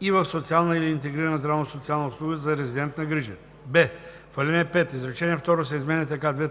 „и в социална или интегрирана здравно-социална услуга за резидентна грижа“; б) в ал. 5 изречение второ се изменя така: